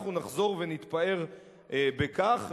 אנחנו נחזור ונתפאר בכך,